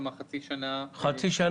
כלומר חצי שנה מהיום.